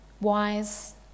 wise